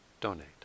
donate